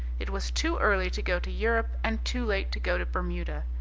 it was too early to go to europe and too late to go to bermuda.